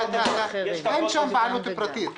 אין שם בעלות פרטית.